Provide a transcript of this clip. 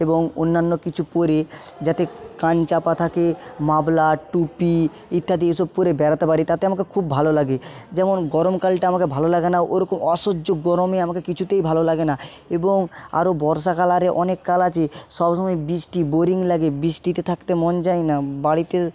এবং অন্যান্য কিছু পরি যাতে কান চাপা থাকে মাফলার টুপি ইত্যাদি এসব পরে বেড়াতে পারি তাতে আমাকে খুব ভালো লাগে যেমন গরমকালটা আমাকে ভালো লাগে না ওরকম অসহ্য গরমে আমাকে কিছুতেই ভালো লাগে না এবং আরও বর্ষাকাল আরে অনেক কাল আছে সবসময় বৃষ্টি বোরিং লাগে বৃষ্টিতে থাকতে মন যায় না বাড়িতে